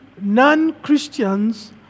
non-Christians